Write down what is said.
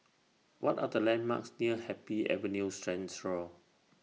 What Are The landmarks near Happy Avenue Central